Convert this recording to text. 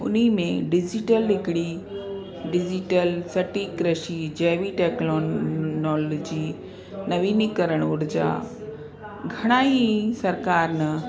उन में डिज़िटल हिकिड़ी डिज़िटल स्टी कृषि जैवी टैक्नोलॉजी नवीनी करणु ऊर्जा घणाई सरकारि न